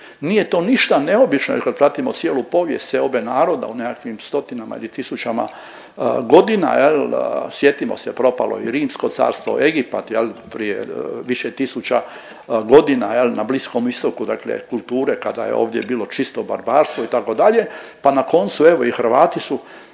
Nije to ništa neobično jer kad pratimo cijelu povijest seobe naroda u nekakvim stotinama ili tisućama godina jel, sjetimo se propalo je i Rimsko carstvo, Egipat jel prije više tisuća godina jel, na Bliskom Istoku dakle kulture kada je ovdje bilo čisto barbarstvo itd., pa na koncu evo i Hrvati su